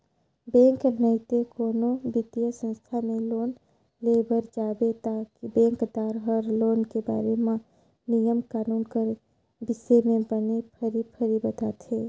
bank नइते कोनो बित्तीय संस्था में लोन लेय बर जाबे ता बेंकदार हर लोन के बारे म नियम कानून कर बिसे में बने फरी फरी बताथे